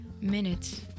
minutes